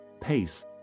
pace